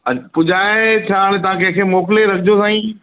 पुॼाए छा हाणे तव्हां कंहिंखे मोकिले रखिजो साईं